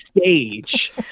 stage